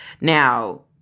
Now